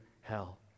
hell